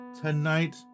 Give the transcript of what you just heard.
tonight